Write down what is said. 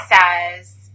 says